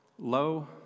low